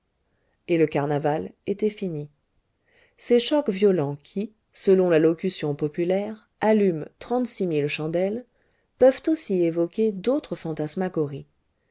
et le carnaval était fini ces chocs violents qui selon la locution populaire allument trente-six mille chandelles peuvent aussi évoquer d'autres fantasmagories